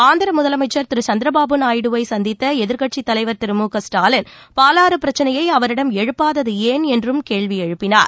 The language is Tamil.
ஆந்திர முதலமைச்சர் திரு சந்திரபாபு நாயுடுவை சந்தித்த எதிர்க்கட்சித் தலைவர் திரு மு க ஸ்டாலின் பாலாறு பிரச்னையை அவரிடம் எழுப்பாதது ஏன் என்றும் கேள்வி எழுப்பினார்